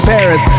Paris